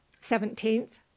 Seventeenth